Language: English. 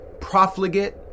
profligate